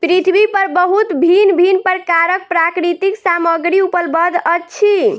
पृथ्वी पर बहुत भिन्न भिन्न प्रकारक प्राकृतिक सामग्री उपलब्ध अछि